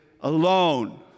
alone